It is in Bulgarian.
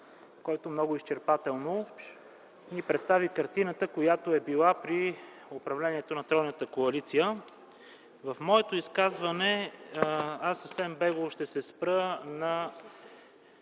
който много изчерпателно ни представи картината, която е била при управлението на тройната коалиция. В моето изказване аз съвсем бегло ще се спра на